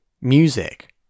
music